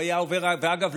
אגב,